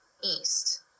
east